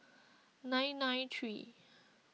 nine nine three